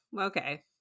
Okay